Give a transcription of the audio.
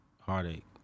Heartache